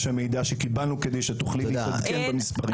המידע שקיבלנו כדי שתוכלי לעלעל במספרים.